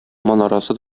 манарасы